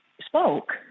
spoke